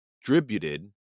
distributed